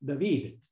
David